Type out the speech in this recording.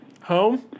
Home